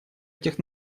этих